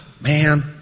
Man